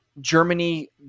Germany